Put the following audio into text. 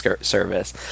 service